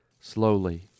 Slowly